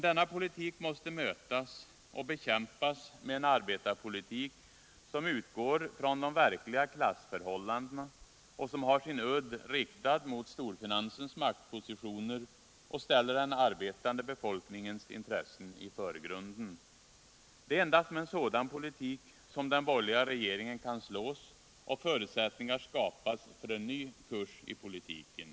Denna politik måste mötas och bekämpas med en arbetarpolitik som utgår från de verkliga klassförhållandena, har sin udd riktad mot storfinansens maktpositioner och som ställer den arbetande befolkningens intressen i förgrunden. Det är endast med en sådan politik som den borgerliga regeringen kan slås ut och förutsättningar skapas för en ny kurs i politiken.